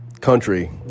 country